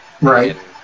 Right